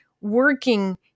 working